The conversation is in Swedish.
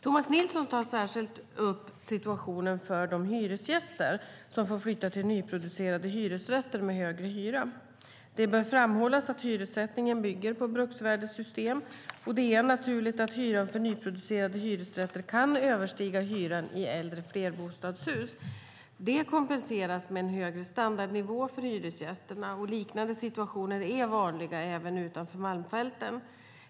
Tomas Nilsson tar särskilt upp situationen för de hyresgäster som får flytta till nyproducerade hyresrätter med högre hyror. Det bör framhållas att hyressättningen bygger på ett bruksvärdessystem. Det är naturligt att hyran för nyproducerade hyresrätter kan överstiga hyran i äldre flerbostadshus. Detta kompenseras med en högre standardnivå för hyresgästerna. Liknande situationer är vanliga även utanför Malmfälten.